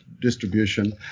distribution